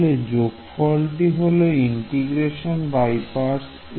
আসলে যোগফলটি হল ইন্টিগ্রেশন বাই পার্টস